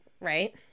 Right